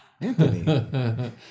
Anthony